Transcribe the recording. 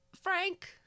Frank